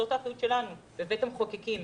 זאת האחריות שלנו בבית המחוקקים.